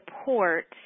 support